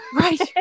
Right